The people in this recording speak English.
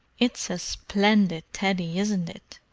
it's a splendid teddy, isn't it?